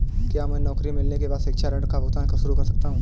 क्या मैं नौकरी मिलने के बाद शिक्षा ऋण का भुगतान शुरू कर सकता हूँ?